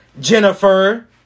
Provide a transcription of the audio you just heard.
Jennifer